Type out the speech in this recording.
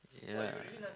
ya